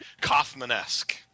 Kaufman-esque